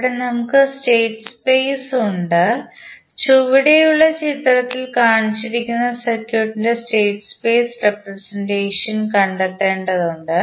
ഇവിടെ നമുക്ക് state space ഉണ്ട് ചുവടെയുള്ള ചിത്രത്തിൽ കാണിച്ചിരിക്കുന്ന സർക്യൂട്ടിന്റെ സ്റ്റേറ്റ് സ്പേസ് റിപ്രസെന്റേഷൻ കണ്ടെത്തേണ്ടതുണ്ട്